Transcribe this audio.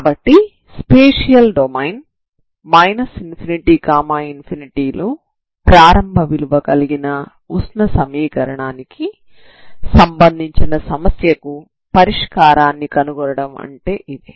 కాబట్టి spatial domain ∞∞ లో ప్రారంభ విలువ కలిగిన ఉష్ణ సమీకరణానికి సంబంధించిన సమస్యకు పరిష్కారాన్ని కనుగొనడం అంటే ఇదే